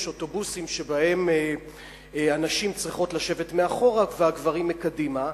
אוטובוסים שבהם הנשים צריכות לשבת מאחור והגברים קדימה?